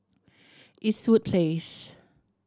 Eastwood Place